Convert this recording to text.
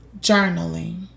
Journaling